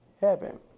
heaven